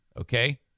Okay